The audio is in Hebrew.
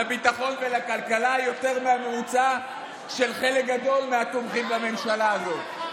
לביטחון ולכלכלה יותר מהממוצע של חלק גדול של התומכים בממשלה הזאת.